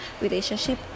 relationship